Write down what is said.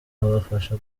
abafasha